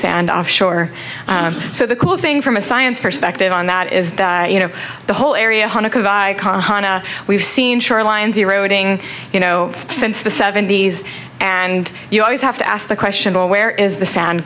sand offshore so the cool thing from a science perspective on that is that you know the whole area one of we've seen shorelines eroding you know since the seventy's and you always have to ask the question well where is the sound